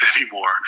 anymore